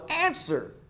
answer